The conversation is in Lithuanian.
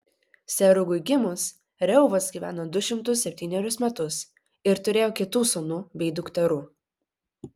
serugui gimus reuvas gyveno du šimtus septynerius metus ir turėjo kitų sūnų bei dukterų